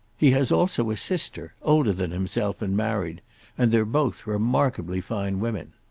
he has also a sister, older than himself and married and they're both remarkably fine women.